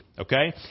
Okay